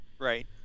right